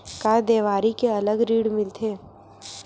का देवारी के अलग ऋण मिलथे?